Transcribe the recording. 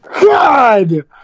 god